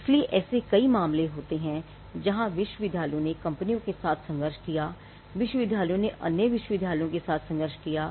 इसलिए ऐसे कई मामले हैं जहां विश्वविद्यालयों ने कंपनियों के साथ संघर्ष किया है विश्वविद्यालयों ने अन्य विश्वविद्यालयों के साथ संघर्ष किया है